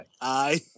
aye